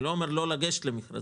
אני לא אומר לא לגשת למכרזים,